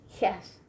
Yes